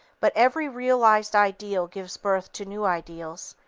but every realized ideal gives birth to new ideals,